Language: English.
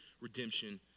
redemption